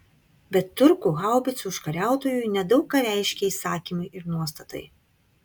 bet turkų haubicų užkariautojui nedaug ką reiškė įsakymai ir nuostatai